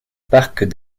parc